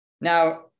Now